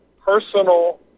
personal